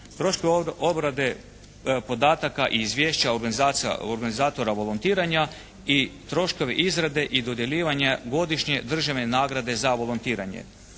Troškove obrade podataka i izvješća organizatora volontiranja i troškove izrade i dodjeljivanja godišnje državne nagrade za volontiranje.